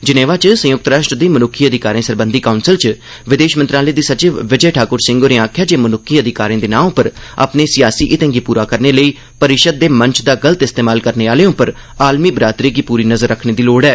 Geneva च संयुक्त राष्ट्र दी मनुक्खी अधिकारें सरबंधी काउंसल च विदेश मंत्रालय दी सचिव विजय ठाकुर सिंह होरें आखेआ जे मनुक्खी अधिकारें दे नां उप्पर अपने सियासी हितें गी पूरा करने लेई परिषद दे मंच दा गलत इस्तेमाल करने आह्लें पर आलमी बिरादरी गी पूरी नजर रक्खने दी लोड़ ऐ